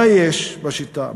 מה יש בשיטה?